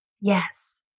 Yes